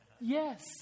Yes